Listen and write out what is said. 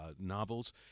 novels